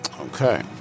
Okay